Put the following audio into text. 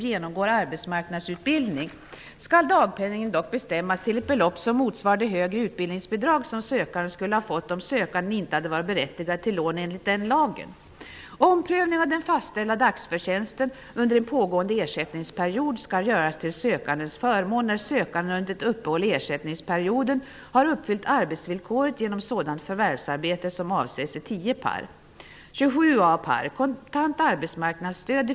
Den besparing för staten som möjligen skulle bli effekten av regeringsförslaget -- det är att märka att propositionen inte innehåller någon beräkning i detta hänseende -- skulle i motsvarande mån öka trycket på kommunernas socialbudgetar och i förlängningen leda till krav på kompensation från kommunerna gentemot staten.